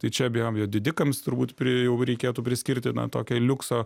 tai čia be abejo didikams turbūt prie jau reikėtų priskirti na tokią liukso